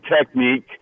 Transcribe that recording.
technique